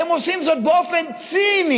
אתם עושים זאת באופן ציני,